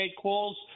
calls